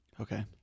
Okay